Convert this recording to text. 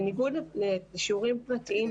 בניגוד לשיעורים פרטיים,